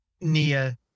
Nia